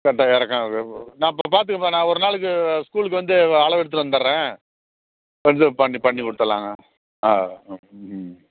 கரெக்டாக இறக்கம் இது நான் இப்போ பார்த்துக்கிறேன்பா நான் ஒரு நாளைக்கு ஸ்கூலுக்கு வந்து அளவு எடுத்துகிட்டு வந்துடுறேன் வந்து பண்ணி பண்ணி கொடுத்துரலாங்க ஆ ம்